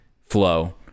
flow